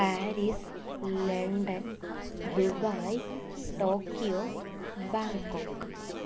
Paris London Dubai Tokyo Bangkok